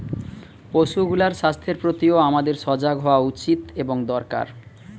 পশুগুলার স্বাস্থ্যের প্রতিও আমাদের সজাগ হওয়া উচিত এবং দরকার